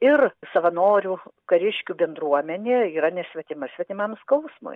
ir savanorių kariškių bendruomenė yra nesvetima svetimam skausmui